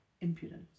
impudence